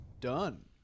done